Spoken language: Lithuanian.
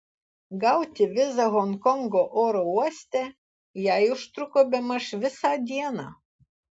gauti vizą honkongo oro uoste jai užtruko bemaž visą dieną